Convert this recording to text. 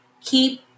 Keep